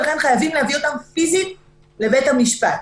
ולכן חייבים להביא אותם פיזית לבתי המשפט.